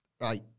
Right